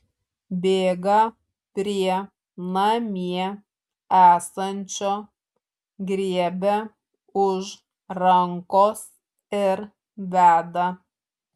bėga prie namie esančio griebia už rankos ir veda